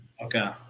Okay